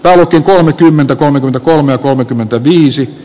välkky kolmekymmentäkolme pilkku kolmekymmentäviisi